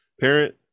parent